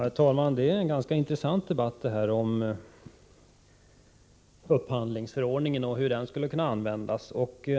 Herr talman! Det är en ganska intressant debatt som förs om upphandlingsförordningen och hur den skulle kunna användas.